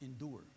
endure